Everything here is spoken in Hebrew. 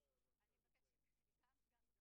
ובהינתן העובדה שעמדת